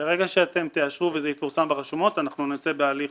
ברגע שתאשרו וזה יפורסם ברשומות אנחנו נצא בהליך